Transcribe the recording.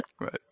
Right